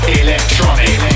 electronic